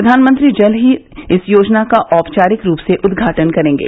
प्रधानमंत्री जल्द ही इस योजना का औपचारिक रूप से उद्घाटन करेंगे